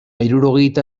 hirurogeita